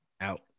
out